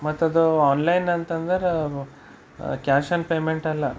ಮತ್ತದು ಆನ್ಲೈನ್ ಅಂತಂದ್ರೆ cash on payment ಅಲ್ಲ